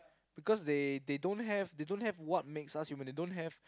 because they they don't have they don't have what makes us human they don't have